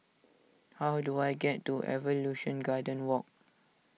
how do I get to Evolution Garden Walk